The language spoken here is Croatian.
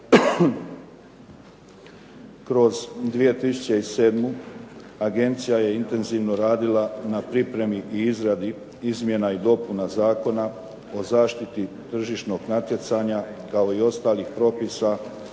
Kroz 2007. agencija je intenzivno radila na pripremi i izradi izmjena i dopuna zakona o zaštiti tržišnog natjecanja kao i ostalih propisa